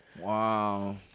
Wow